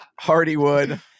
Hardywood